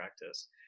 practice